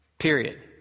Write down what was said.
Period